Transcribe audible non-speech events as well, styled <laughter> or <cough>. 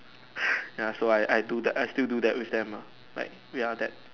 <breath> ya so I I do that I still do that with them meh like we are there